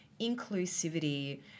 inclusivity